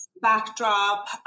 backdrop